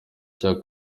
cya